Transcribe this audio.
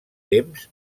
temps